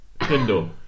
Kindle